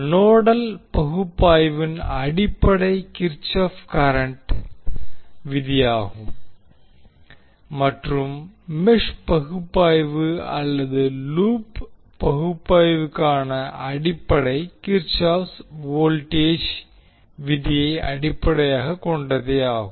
nodal பகுப்பாய்வின் அடிப்படை Kirchhoff current kirchoff's current விதியாகும் மற்றும் மெஷ் பகுப்பாய்வு அல்லது லூப் பகுப்பாய்விற்கான அடிப்படை கிர்ச்சாஃப் வோல்டேஜ் kirchoff's voltage விதியை அடிப்படையாகக் கொண்டதாகும்